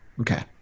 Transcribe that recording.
okay